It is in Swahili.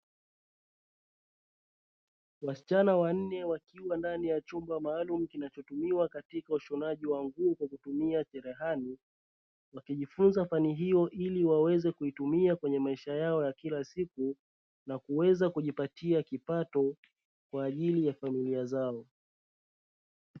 Wasichana wanne wakiwa ndani ya chumba maalumu kinachotumiwa katika ushonaji wa nguo kwa kutumia cherehani, wakijifunza fani hiyo ili waweze kutumia kwenye maisha yao ya kila siku na kuweza kujipatia kipato kwa ajili ya familia zao.